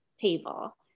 table